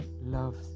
loves